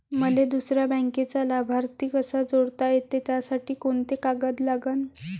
मले दुसऱ्या बँकेचा लाभार्थी कसा जोडता येते, त्यासाठी कोंते कागद लागन?